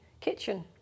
kitchen